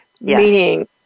Meaning